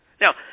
Now